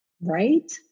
Right